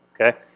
Okay